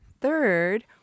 Third